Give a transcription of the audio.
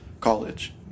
college